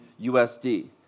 USD